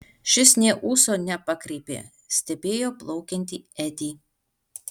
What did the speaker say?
šis nė ūso nepakreipė stebėjo plaukiantį edį